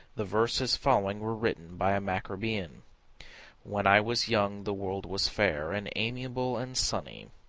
the verses following were written by a macrobian when i was young the world was fair and amiable and sunny.